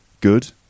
good